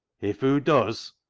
if hoo does!